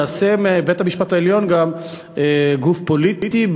יעשה מבית-המשפט העליון גם גוף פוליטי.